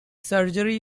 surgery